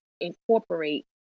incorporate